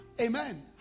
Amen